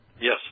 Yes